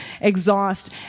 exhaust